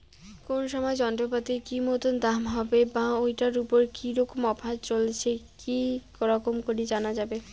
কোন সময় যন্ত্রপাতির কি মতন দাম হবে বা ঐটার উপর কি রকম অফার চলছে কি রকম করি জানা যাবে?